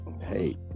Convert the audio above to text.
Hey